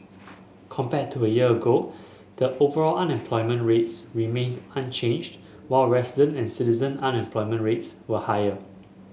compared to a year ago the overall unemployment rates remained unchanged while resident and citizen unemployment rates were higher